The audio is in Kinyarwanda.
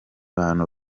bantu